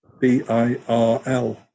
B-I-R-L